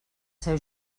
seu